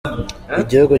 igihugu